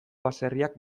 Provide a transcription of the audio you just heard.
baserriak